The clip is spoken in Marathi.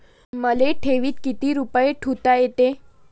मले ठेवीत किती रुपये ठुता येते?